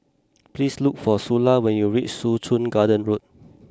please look for Sula when you reach Soo Chow Garden Road